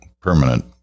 permanent